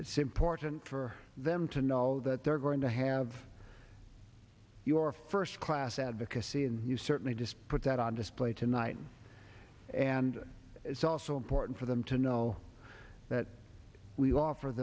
it's important for them to know that they're going to have your first class advocacy and you certainly does put that on display tonight and it's also important for them to know that we offer